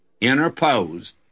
interposed